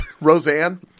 Roseanne